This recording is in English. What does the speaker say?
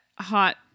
hot